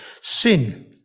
Sin